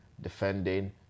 defending